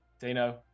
Dino